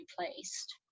replaced